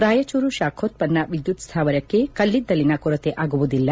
ರಾಯಚೂರು ಶಾಖೋತ್ಪನ್ನ ವಿದ್ಯುತ್ ಸ್ಮಾವರಕ್ಕೆ ಕಲ್ಲಿದ್ದಲಿನ ಕೊರತೆ ಆಗುವುದಿಲ್ಲ